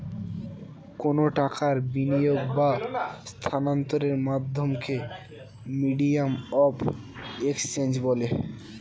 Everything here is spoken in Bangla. কোনো টাকার বিনিয়োগ বা স্থানান্তরের মাধ্যমকে মিডিয়াম অফ এক্সচেঞ্জ বলে